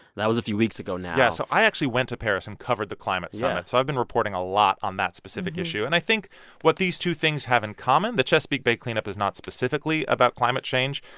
that was a few weeks ago now yeah. so i actually went to paris and covered the climate summit yeah so i've been reporting a lot on that specific issue. and i think what these two things have in common the chesapeake bay cleanup is not specifically about climate change.